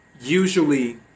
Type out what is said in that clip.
usually